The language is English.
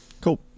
cool